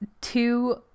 two